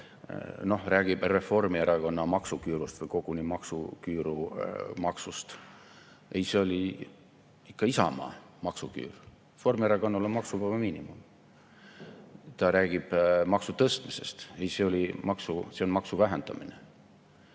Ta räägib Reformierakonna maksuküürust või koguni maksuküüru maksust. Ei, see oli ikka Isamaa maksuküür. Reformierakonnal on maksuvaba miinimum. Ta räägib maksu tõstmisest. Ei, see on maksu vähendamine.